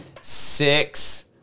Six